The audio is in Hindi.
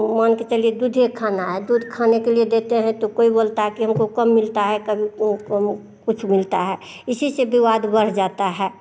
मान के चलिए दूध खाना है दूध खाने के लिए देते हैं तो कोई बोलता है कि हमको कम मिलता है कभी कम कुछ मिलता है इसी से विवाद बढ़ जाता है